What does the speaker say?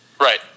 Right